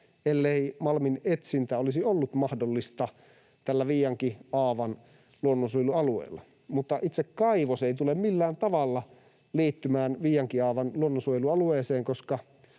ellei malminetsintä olisi ollut mahdollista tällä Viiankiaavan luonnonsuojelualueella. Mutta itse kaivos ei tule millään tavalla liittymään Viiankiaavan luonnonsuojelualueeseen,